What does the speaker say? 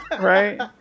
Right